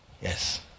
yes